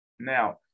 Now